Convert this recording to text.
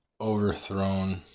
overthrown